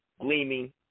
Gleaming